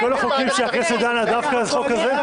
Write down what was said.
מכל החוקים שהכנסת דנה דווקא החוק הזה?